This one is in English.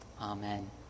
amen